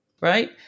right